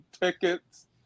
tickets